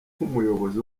nk’umuyobozi